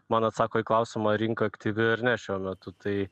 man atsako į klausimą rinka aktyvi ar nes šiuo metu tai